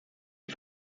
die